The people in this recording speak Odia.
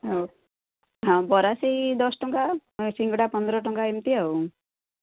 ହଉ ହଁ ବରା ସେଇ ଦଶ ଟଙ୍କା ସିଙ୍ଗଡ଼ା ପନ୍ଦର ଟଙ୍କା ଏମିତି ଆଉ